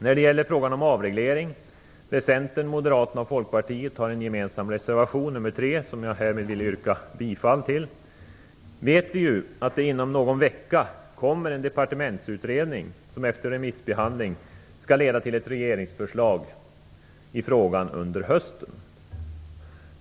När det gäller frågan om avreglering där Centern, Moderaterna och Folkpartiet har en gemensam reservation, nr 3, som jag härmed vill yrka bifall till, vet vi ju att det inom någon vecka kommer en departementsutredning som efter remissbehandling skall leda till ett regeringsförslag i frågan under hösten.